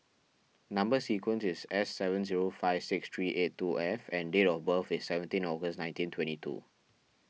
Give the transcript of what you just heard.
Number Sequence is S seven zero five six three eight two F and date of birth is seventeen August nineteen twenty two